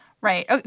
Right